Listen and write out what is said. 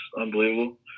unbelievable